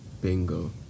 Bingo